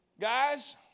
guys